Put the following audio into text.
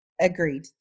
Agreed